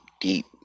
deep